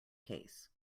case